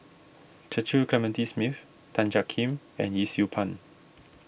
Clementi Smith Tan Jiak Kim and Yee Siew Pun